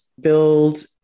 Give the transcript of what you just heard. build